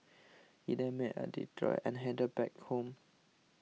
he then made a detour and headed back home